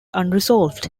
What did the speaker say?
unresolved